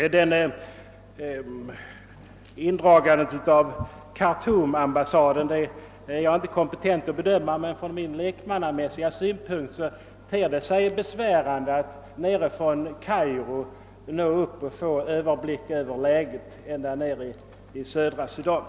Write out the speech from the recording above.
Jag är inte kompetent att bedöma riktigheten i indragandet av ambassaden i Khartoum, men från min lekmannamässiga synpunkt ter det sig besvärande att uppe från Kairo kunna bedöma läget ända nere i södra Sudan.